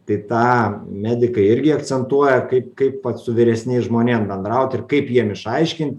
tai tą medikai irgi akcentuoja kaip kaip vat su vyresniais žmonėms bendraut ir kaip jiem išaiškint